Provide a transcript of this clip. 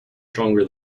stronger